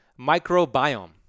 microbiome